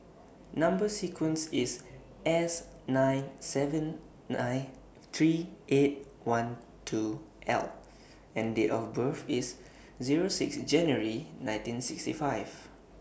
Number sequence IS S nine seven nine three eight one two L and Date of birth IS Zero six January nineteen sixty five